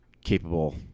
capable